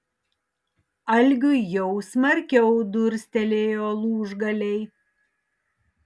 algiui jau smarkiau durstelėjo lūžgaliai